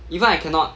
even I cannot